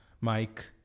Mike